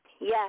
Yes